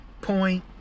point